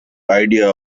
idea